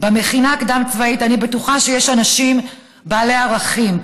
במכינה הקדם-צבאית אני בטוחה שיש אנשים בעלי ערכים,